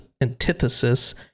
antithesis